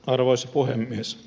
arvoisa puhemies